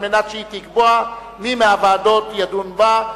על מנת שהיא תקבע מי מהוועדות תדון בה.